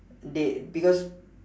they because